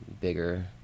bigger